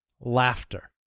laughter